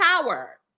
power